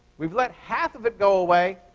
we've let half of it go away,